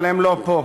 אבל הם לא פה.